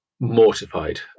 mortified